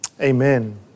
Amen